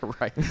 Right